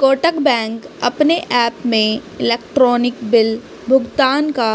Kotak bank अपने app में electronic bill भुगतान का